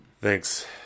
Thanks